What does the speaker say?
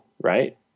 right